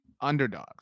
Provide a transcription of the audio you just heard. underdogs